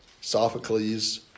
Sophocles